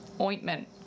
ointment